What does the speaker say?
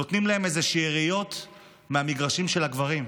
נותנים להן איזה שאריות מהמגרשים של הגברים.